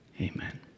Amen